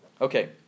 Okay